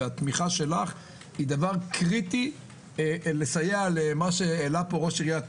והתמיכה שלך הם קריטיים בסיוע למה שהעלה פה ראש עיריית